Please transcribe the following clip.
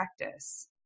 Practice